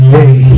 day